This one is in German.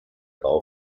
bau